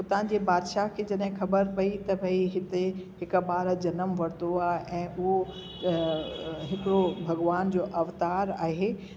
उता जे बादशाह खे जॾहिं ख़बर पई त भाई हिते हिकु ॿारु ॼनमु वरितो आहे ऐं उहो हिकिड़ो भॻिवान जो अवतार आहे